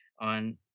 on